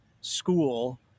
school